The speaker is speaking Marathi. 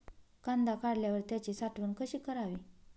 कांदा काढल्यावर त्याची साठवण कशी करावी?